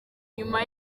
nyuma